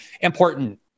important